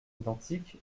identiques